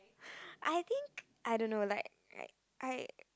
I think I don't know like I I